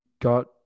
got